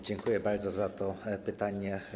Dziękuję bardzo za to pytanie.